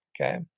okay